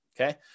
okay